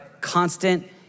constant